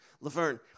Laverne